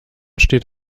steht